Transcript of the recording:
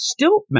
Stiltman